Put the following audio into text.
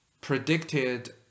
predicted